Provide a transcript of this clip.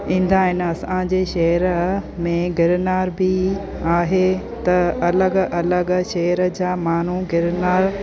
ईंदा आहिनि असांजे शहर में गिरनार बि आहे त अलॻि अलॻि शहर जा माण्हू गिरनार